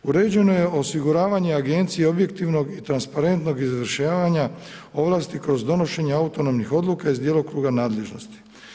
Uređeno je osiguravanje agencije objektivnog i transparentnog izjašnjavanja ovlasti kroz donošenje autonomnih odluka iz djelokruga nadležnosti.